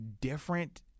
different